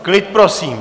Klid prosím.